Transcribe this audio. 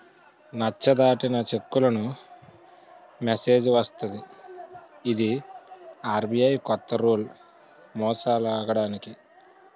నచ్చ దాటిన చెక్కులకు మెసేజ్ వస్తది ఇది ఆర్.బి.ఐ కొత్త రూల్ మోసాలాగడానికి